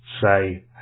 say